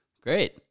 Great